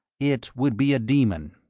it would be a demon.